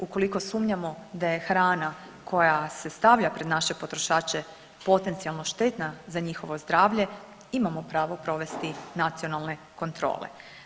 Ukoliko sumnjamo da je hrana koja se stavlja pred naše potrošače potencijalno štetna za njihovo zdravlje imamo pravo provesti nacionalne kontrole.